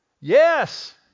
Yes